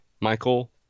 Michael